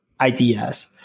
ideas